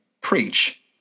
preach